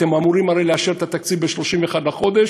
אתם אמורים הרי לאשר את התקציב ב-31 בחודש.